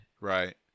Right